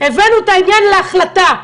הבאנו את העניין להחלטה.